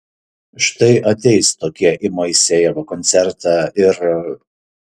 štai ateis tokie į moisejevo koncertą ir